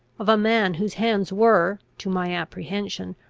of a man whose hands were, to my apprehension,